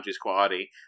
quality